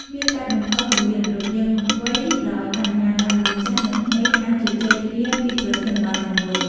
វាកាត់បន្ថយគម្លាតរវាងវ័យ ដោយអនុញ្ញាតឱ្យមនុស្សចាស់ និងក្មេងអាចជជែកគ្នាពីប្រធានបទតែមួយ។